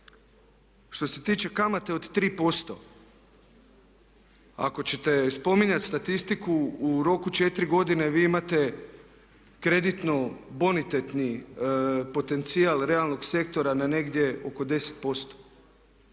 Što se tiče kamate od 3%, ako ćete spominjati statistiku u roku 4 godine vi imate kreditno bonitetni potencijal realnog sektora na negdje oko 10%.